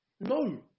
No